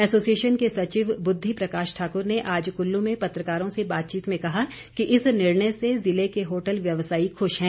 association के सचिव बुद्धि प्रकाश ठाकुर ने आज कुल्लू में पत्रकारों से बातचीत में कहा कि इस निर्णय से जिले के होटल व्यवसायी खुश हैं